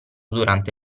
durante